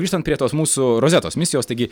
grįžtant prie tos mūsų rozetos misijos taigi